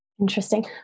Interesting